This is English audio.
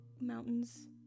mountains